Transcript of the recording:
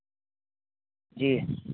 جی